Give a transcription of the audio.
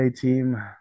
team